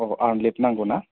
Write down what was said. अ आर्न लिफ नांगौ ना